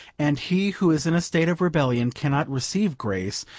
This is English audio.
and he who is in a state of rebellion cannot receive grace,